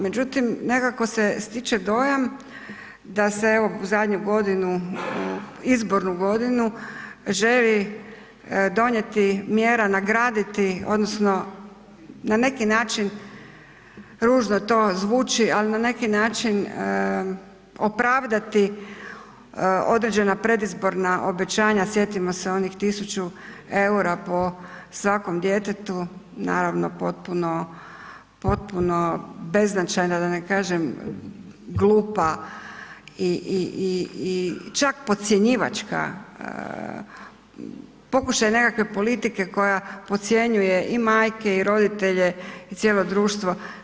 Međutim, nekako se stiče dojam da se evo zadnju godinu, izbornu godinu želi donijeti mjera, nagraditi odnosno na neki način, ružno to zvuči, ali na neki način opravdati određena predizborna obećanja, sjetimo se onih 1.000 EUR-a po svakom djetetu, naravno potpuno, potpuno beznačajna da ne kažem glupa i čak podcjenjivačka, pokušaj nekakve politike koje podcjenjuje i majke i roditelje i cijelo društvo.